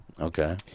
Okay